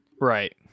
Right